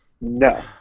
No